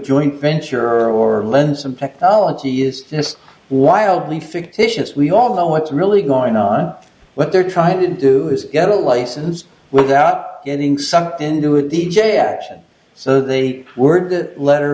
joint venture or lend some technology is this wildly fictitious we all know what's really going on what they're trying to do is get a license without getting sucked into a d j action so they word that letter